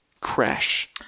Crash